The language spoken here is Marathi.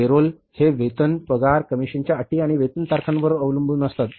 पेरोल हे वेतन पगार कमिशनच्या अटी आणि वेतन तारखांवर अवलंबून असतात